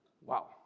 Wow